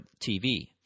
TV